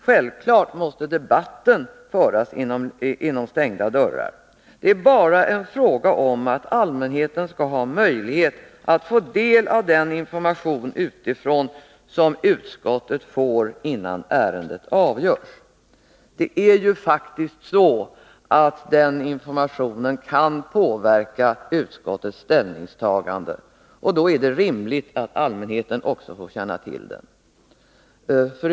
Självfallet måste debatten få föras bakom stängda dörrar. Det är bara fråga om att allmänheten skall ha möjlighet att få del av den utifrån kommande information som utskottet får innan ärenden avgörs. Den informationen kan faktiskt påverka utskottens ställningstaganden, och då är det rimligt att också allmänheten får kännedom om den.